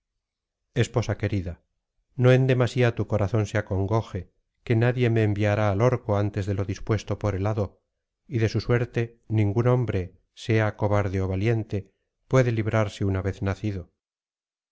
esposa querida no en demasía tu corazón se acongoje que nadie me enviará al orco antes de lo dispuesto por el hado y de su suerte ningún hombre sea cobarde ó valiente puede librarse una vez nacido